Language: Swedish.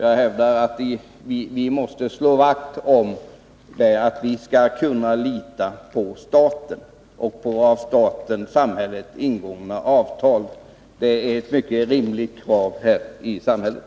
— Jag hävdar att vi måste slå vakt om möjligheten att lita på staten och på av samhället ingångna avtal. Det är ett mycket rimligt krav i samhället.